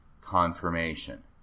confirmation